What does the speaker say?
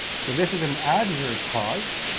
so this is an adverb clause.